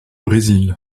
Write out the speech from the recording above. brésil